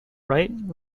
wright